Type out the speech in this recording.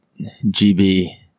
gb